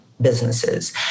businesses